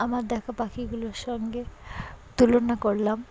আমার দেখা পাখিগুলোর সঙ্গে তুলনা করলাম